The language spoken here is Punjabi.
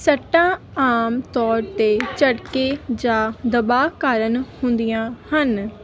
ਸੱਟਾਂ ਆਮ ਤੌਰ 'ਤੇ ਝਟਕੇ ਜਾਂ ਦਬਾਅ ਕਾਰਨ ਹੁੰਦੀਆਂ ਹਨ